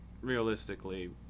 realistically